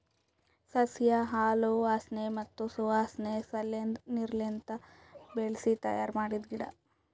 ಸಸ್ಯ ಹಾಲು ವಾಸನೆ ಮತ್ತ್ ಸುವಾಸನೆ ಸಲೆಂದ್ ನೀರ್ಲಿಂತ ಬೆಳಿಸಿ ತಯ್ಯಾರ ಮಾಡಿದ್ದ ಗಿಡ